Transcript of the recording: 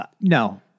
no